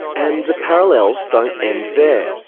and the parallels don't end there.